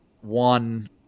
one